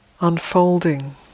unfolding